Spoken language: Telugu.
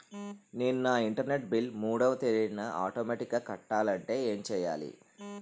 నేను నా ఇంటర్నెట్ బిల్ మూడవ తేదీన ఆటోమేటిగ్గా కట్టాలంటే ఏం చేయాలి?